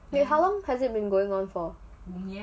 wait how long has it been going on for